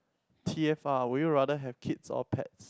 t_f_r would you rather have kids or pet